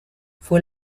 fue